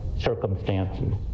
circumstances